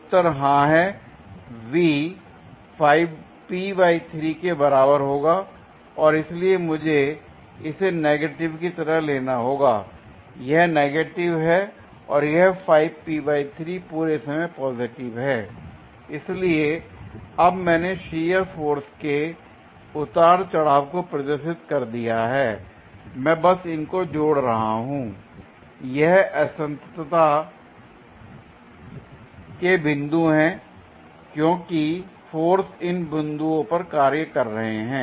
उत्तर हां है V के बराबर होगा और इसलिए मुझे इसे नेगेटिव की तरह लेना होगा यह नेगेटिव है और यह पूरे समय पॉजिटिव है l इसलिए अब मैंने शियर फोर्स के उतार चढ़ाव को प्रदर्शित कर दिया है l मैं बस इनको जोड़ रहा हूं ये असंततता के बिंदु हैं क्योंकि फोर्स उन बिंदुओं पर कार्य कर रहे हैं